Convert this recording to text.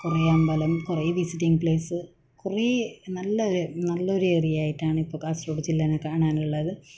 കുറേ അമ്പലം കുറേ വിസിറ്റിങ് പ്ലേസ് കുറേ നല്ല ഒരു നല്ല ഒരു ഏരിയ ആയിട്ടാണ് ഇപ്പോൾ കാസർഗോഡ് ജില്ലനെ കാണാനുള്ളത്